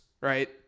right